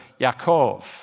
Yaakov